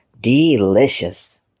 Delicious